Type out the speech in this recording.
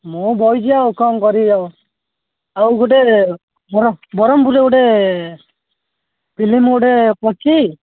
ମୁଁ ବସିଛି ଆଉ କ'ଣ କରିବି ଆଉ ଆଉ ଗୋଟେ ବର ବ୍ରହ୍ମପୁରରେ ଗୋଟେ ଫିଲ୍ମ ଗୋଟେ ପଡ଼ିଛି